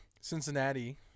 Cincinnati